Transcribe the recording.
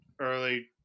early